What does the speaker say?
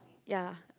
ya